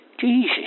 Jesus